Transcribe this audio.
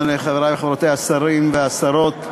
חברי וחברותי השרים והשרות,